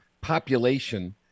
population